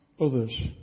others